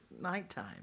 nighttime